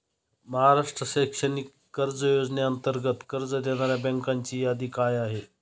महाराष्ट्र शैक्षणिक कर्ज योजनेअंतर्गत कर्ज देणाऱ्या बँकांची यादी काय आहे?